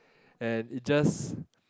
and it just